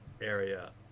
area